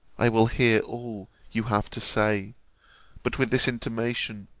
i will hear all you have to say but with this intimation,